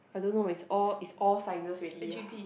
I don't know it's all it's all sciences already ya